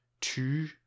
two